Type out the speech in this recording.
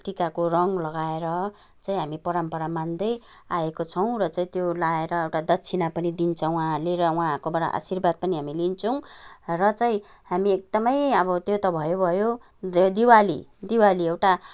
टिकाको रङ लगाएर चाहिँ हामी परम्परा मान्दै आएका छौँ र चाहिँ त्यो लाएर एउटा दक्षिणा पनि दिन्छ उहाँहरूले र उहाँहरूकोबाट आशीर्वाद पनि हामी लिन्छौँ र चाहिँ हामी एकदमै अब त्यो त भयो भयो दिवाली दिवाली एउटा